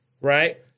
right